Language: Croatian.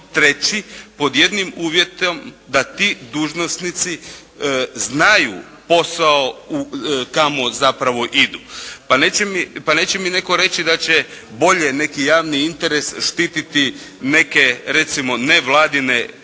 treći pod jednim uvjetom da ti dužnosnici znaju posao kamo zapravo idu. Pa neće mi netko reći da će bolje neki javni interes štititi neke recimo nevladine